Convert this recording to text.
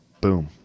boom